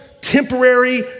temporary